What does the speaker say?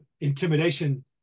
intimidation